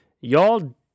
y'all